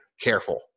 careful